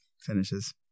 finishes